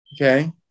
Okay